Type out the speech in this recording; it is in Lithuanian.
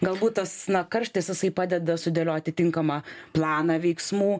galbūt tas karštis jisai padeda sudėlioti tinkamą planą veiksmų